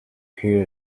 period